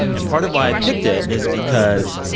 and part of why i picked it is because,